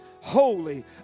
holy